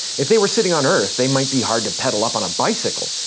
if they were sitting on earth they might be hard to pedal up on a bicycle,